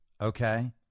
okay